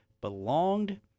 belonged